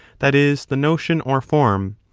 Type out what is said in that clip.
that is, the notion or form,